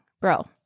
bro